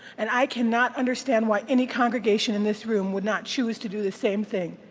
and i cannot understand why any congregation in this room would not choose to do the same thing,